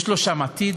יש לו שם עתיד?